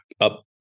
up